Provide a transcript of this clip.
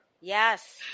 Yes